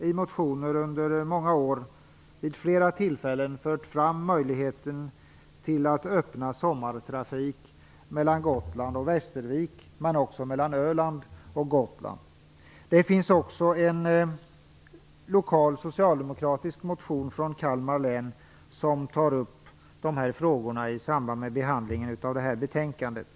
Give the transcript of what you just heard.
I motioner har jag under många år vid flera tillfällen fört fram möjligheten att öppna sommartrafik mellan Gotland och Västervik men även mellan Öland och Gotland. Det finns en lokal socialdemokratisk motion från Kalmar län där man tar upp sådana frågor som tas upp i samband med betänkandet.